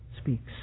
speaks